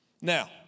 Now